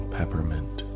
Peppermint